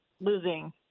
losing